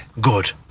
Good